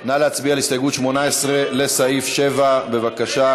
נא להצביע על הסתייגות 18 לסעיף 7. בבקשה,